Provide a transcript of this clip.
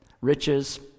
Riches